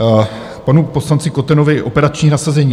K panu poslanci Kotenovi operační nasazení.